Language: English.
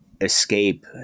escape